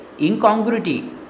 incongruity